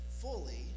fully